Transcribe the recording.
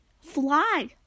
Fly